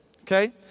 Okay